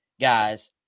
guys